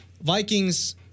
Vikings